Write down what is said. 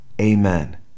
Amen